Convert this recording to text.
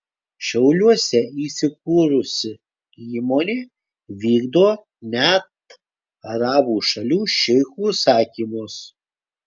šiauliuose įsikūrusi įmonė vykdo net arabų šalių šeichų užsakymus